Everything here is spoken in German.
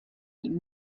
ihm